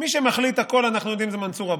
מי שמחליט הכול, אנחנו יודעים, זה מנסור עבאס.